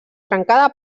trencada